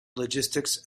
logistics